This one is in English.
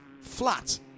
flat